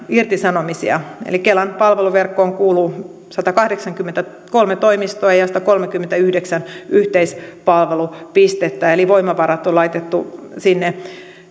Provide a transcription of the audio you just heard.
irtisanomisia eli kelan palveluverkkoon kuuluu satakahdeksankymmentäkolme toimistoa ja ja satakolmekymmentäyhdeksän yhteispalvelupistettä eli voimavarat on laitettu sinne